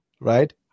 right